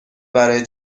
برای